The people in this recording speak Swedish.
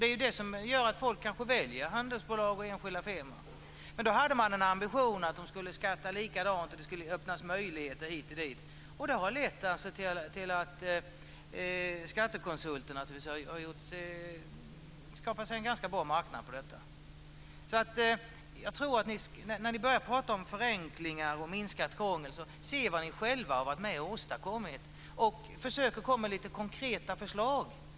Det är kanske det som gör att människor väljer handelsbolag och enskilda firmor. Då hade man en ambition att de skulle skatta likadant och att det skulle öppnas möjligheter hit och dit. Det har naturligtvis lett till att skattekonsulter har skapat sig en ganska bra marknad på detta område. Innan ni börjar prata om förenklingar och minskat tvång, se efter vad ni själva varit med och åstadkommit och försök komma med lite konkreta förslag!